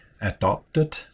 adopted